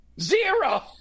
Zero